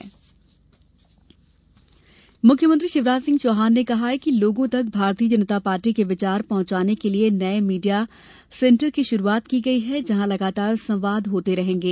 media centre मुख्यमंत्री शिवराज चौहान ने कहा है कि लोगों तक भारतीय जनता पार्टी के विचार पहुंचाने के लिए नए मीडिया सेंटर की शुरुआत की गई है जहां लगातार संवाद होते रहेंगे